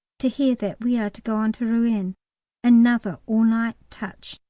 to hear that we are to go on to rouen another all-night touch.